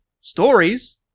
Stories